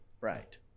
Right